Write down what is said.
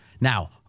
Now